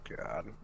god